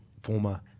former